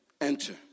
enter